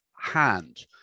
hand